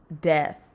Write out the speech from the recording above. death